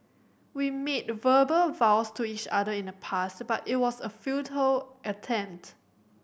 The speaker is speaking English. we made verbal vows to each other in the past but it was a futile attempt